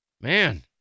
man